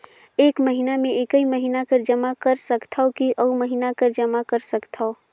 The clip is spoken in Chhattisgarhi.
एक महीना मे एकई महीना कर जमा कर सकथव कि अउ महीना कर जमा कर सकथव?